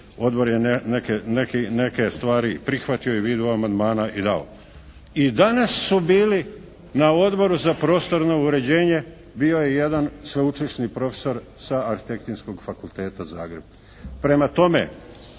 odbor je neke stvari i prihvatio u vidu amandmana i dao. I danas su bili na Odboru za prostorno uređenje, bio je jedan sveučilišni profesor sa Arhitektonskog fakulteta Zagreb.